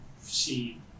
see